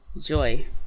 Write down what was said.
joy